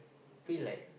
feel like